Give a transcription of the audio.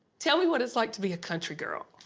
tell me what it's like to be a country girl.